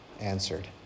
answered